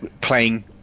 playing